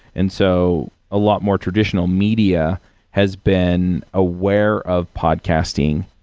and so, a lot more traditional media has been aware of podcasting,